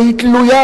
והיא תלויה,